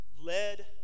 led